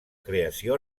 creació